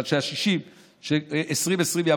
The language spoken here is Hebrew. אבל ש-2020 יעבור,